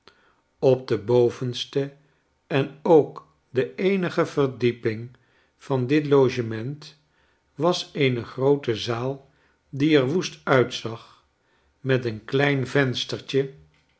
op de bovenste en ook de eenige verdieping van dit logement was eene groote zaal die er woest uitzag met een klein venstertje